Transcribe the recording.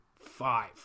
five